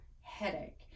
headache